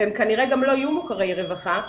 וגם כנראה לא יהיו מוכרי רווחה,